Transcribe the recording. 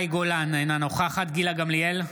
מאי גולן, אינה נוכחת גילה גמליאל,